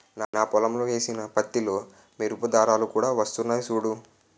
నా పొలంలో ఏసిన పత్తిలో మెరుపు దారాలు కూడా వొత్తన్నయ్ సూడూ